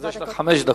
אז יש לך חמש דקות.